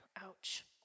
ouch